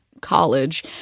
college